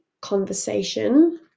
conversation